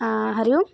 Hari Om